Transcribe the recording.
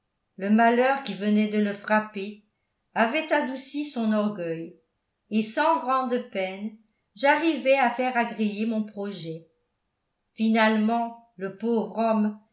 le malheur qui venait de le frapper avait adouci son orgueil et sans grande peine j'arrivai à faire agréer mon projet finalement le pauvre homme